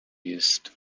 used